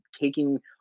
taking